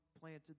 planted